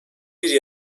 bir